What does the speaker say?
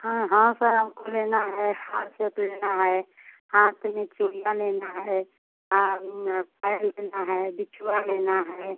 हाँ हाँ सर हमको लेना है हार लेना है हाथ में चूड़ियाँ लेना है आ पायल लेना है बिछुआ लेना है